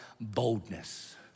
boldness